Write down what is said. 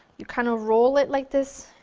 you kind of roll it like this,